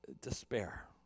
despair